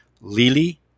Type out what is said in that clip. Lily